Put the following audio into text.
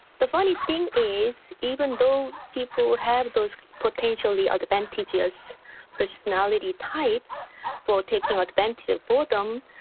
the funny thing is, even though people have those potentially advantageous personality type for taking advantage of boredom,